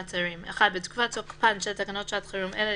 מעצרים) 1. בתקופת תוקפן של תקנות שעת חירום אלה,